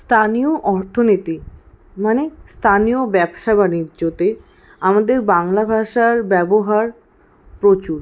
স্থানীয় অর্থনীতি মানে স্থানীয় ব্যবসা বাণিজ্যতে আমাদের বাংলা ভাষার ব্যবহার প্রচুর